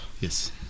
Yes